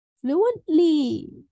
fluently